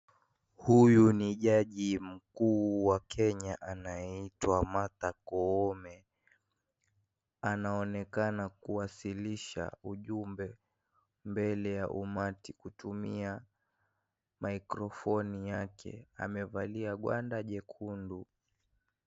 Huyu ni jaji mkuu wa Kenya anaitwa Martha Koome. Anaoneka kuwasilisha ujumbe mbele ya umati kutumia maikrofoni yake. Amevalia gwanda jekundu.